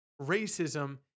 racism